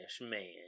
man